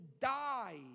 die